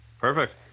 Perfect